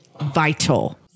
vital